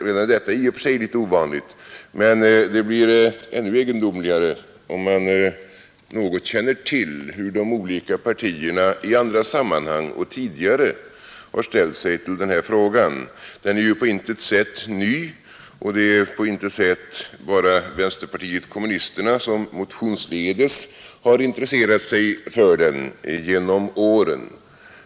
Redan detta är i och för sig litet ovanligt, men det blir än egendomligare, om man något känner till hur de olika partierna i andra sammanhang och tidigare har tällt sig till den här frågan. Den är ju på intet ätt ny, och det är på intet ätt bara vänsterpartiet kommunisterna som motionsledes har intresserat sig för den genom åren.